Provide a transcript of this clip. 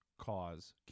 Cause